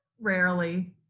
Rarely